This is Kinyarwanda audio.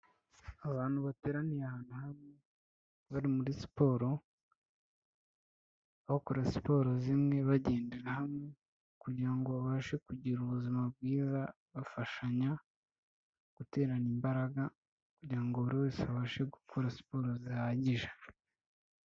Abantu bateraniye ahantu hamwe, bari muri siporo bakora siporo zimwe bagendera hamwe kugira ngo babashe kugira ubuzima bwiza bafashanya guterana imbaraga, kugirango buri wese abashe gukora siporo zihagije.